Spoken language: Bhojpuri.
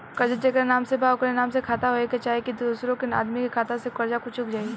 कर्जा जेकरा नाम से बा ओकरे नाम के खाता होए के चाही की दोस्रो आदमी के खाता से कर्जा चुक जाइ?